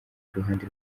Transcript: iruhande